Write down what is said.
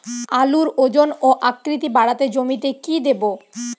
আলুর ওজন ও আকৃতি বাড়াতে জমিতে কি দেবো?